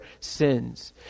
sins